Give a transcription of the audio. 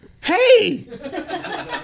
hey